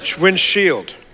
Windshield